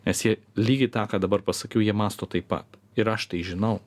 nes jie lygiai tą ką dabar pasakiau jie mąsto taip pat ir aš tai žinau